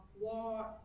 war